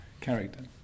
character